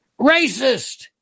Racist